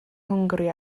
hwngari